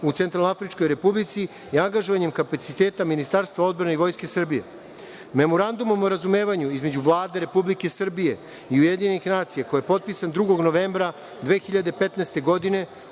u Centralnoafričkoj Republici i angažovanjem kapaciteta Ministarstva odbrane i Vojske Srbije. Memorandumom o razumevanju između Vlade Republike Srbije i UN koji je potpisan 2. novembra 2015. godine